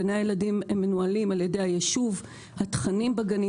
גני הילדים מנוהלים על ידי היישוב התכנים ביישוב,